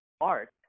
art